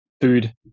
food